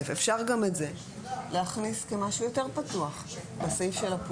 אפשר גם את זה להכניס כמשהו יותר פתוח בסעיף של הפעולות,